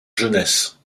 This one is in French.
jeunesse